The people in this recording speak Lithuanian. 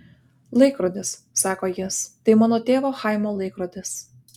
laikrodis sako jis tai mano tėvo chaimo laikrodis